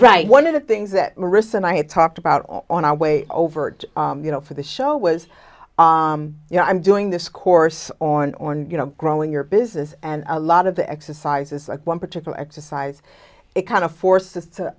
right one of the things that morris and i had talked about on our way over to you know for the show was you know i'm doing this course on or you know growing your business and a lot of the exercises like one particular exercise it kind of forced us to